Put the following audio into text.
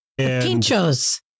Pinchos